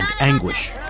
anguish